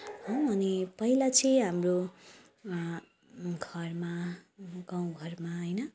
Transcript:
हौँ अनि पहिला चाहिँ हाम्रो घरमा गाउँघरमा होइन